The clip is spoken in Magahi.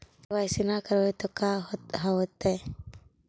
के.वाई.सी न करवाई तो का हाओतै?